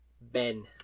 Ben